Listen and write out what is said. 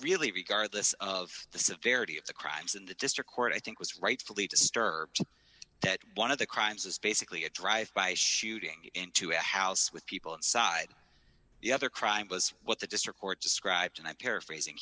really regardless of the severity of the crimes in the district court i think was rightfully disturbed that one of the crimes was basically a drive by shooting into a house with people inside the other crime was what the district court described and i'm paraphrasing